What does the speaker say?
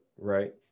Right